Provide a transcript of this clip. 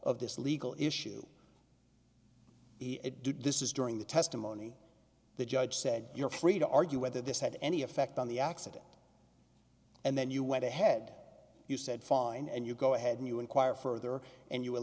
of this legal issue he did this is during the testimony the judge said you're free to argue whether this had any effect on the accident and then you went ahead you said fine and you go ahead and you inquire further and you